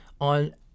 on